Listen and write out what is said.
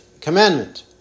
commandment